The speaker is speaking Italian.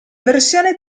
versione